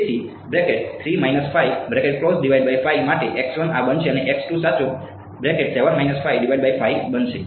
તેથી માટે આ બનશે અને સાચો બનશે